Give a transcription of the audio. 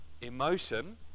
emotion